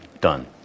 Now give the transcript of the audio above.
Done